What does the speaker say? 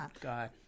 God